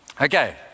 Okay